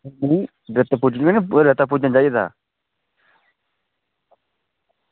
रेता पुज्जी निं जाह्ग रेता पुज्जना चाहिदा